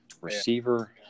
receiver